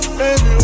baby